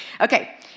Okay